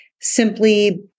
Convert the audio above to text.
Simply